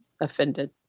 offended